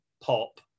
pop